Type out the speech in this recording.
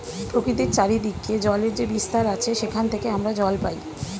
প্রকৃতির চারিদিকে জলের যে বিস্তার আছে সেখান থেকে আমরা জল পাই